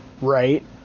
Right